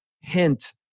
hint